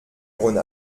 rhône